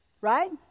Right